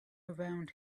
around